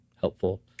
helpful